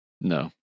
No